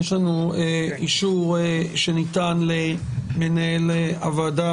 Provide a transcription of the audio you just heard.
יש לנו אישור שניתן למנהל הוועדה,